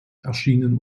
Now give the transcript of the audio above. erschienen